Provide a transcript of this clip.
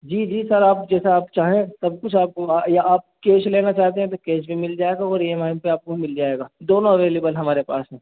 جی جی سر آپ جیسا آپ چاہیں سب کچھ آپ کو یا آپ کیش لینا چاہتے ہیں تو کیش بھی مل جائے گا اور ای ایم آئی پہ آپ کو مل جائے گا دونوں اویلیبل ہمارے پاس ہیں